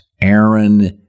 Aaron